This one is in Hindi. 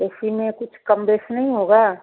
ए सी में कुछ कम बेस नहीं होगा